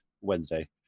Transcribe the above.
Wednesday